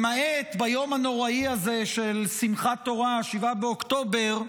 למעט ביום הנוראי הזה של שמחת תורה, 7 באוקטובר,